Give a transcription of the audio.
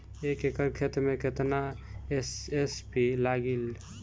एक एकड़ खेत मे कितना एस.एस.पी लागिल?